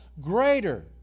greater